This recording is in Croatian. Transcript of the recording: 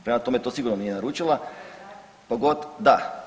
Prema tome, to sigurno nije naručila… [[Upadica iz klupe se ne razumije]] da.